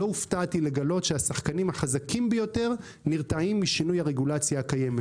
לא הופתעתי לגלות שהשחקנים החזקים ביותר נרתעים משינוי הרגולציה הקיימת,